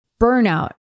burnout